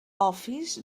office